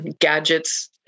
gadgets